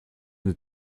n’ai